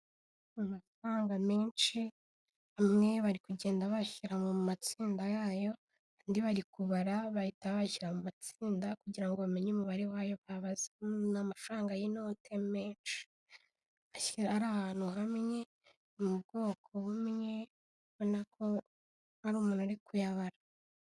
Amafaranga menshi amwe bari kugenda bashyira mu matsinda yayo andi bari kubara bahita bashyira mu matsinda kugira ngo bamenye umubare w'ayo babaze, ni amafaranga y'inote menshi ashyira ari ahantu hamwe, mu bwoko bumwe ubona ko hari umuntu uri kuyabara.